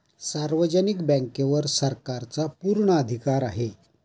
सार्वजनिक बँकेवर सरकारचा पूर्ण अधिकार आहे